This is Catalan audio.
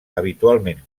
habitualment